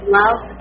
love